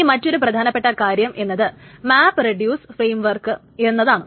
ഇനി മറ്റൊരു പ്രധാനപ്പെട്ട കാര്യം എന്നത് മാപ് റെഡീയൂസ് ഫ്രെയിംവർക്ക് എന്നതാണ്